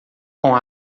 com